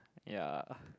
ya